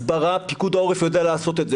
פיקוד העורף יודע לעשות את ההסברה,